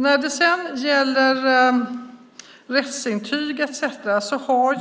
När det sedan gäller rättsintyg etcetera har